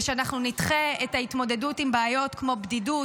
ושאנחנו נדחה את ההתמודדות עם בעיות כמו בדידות,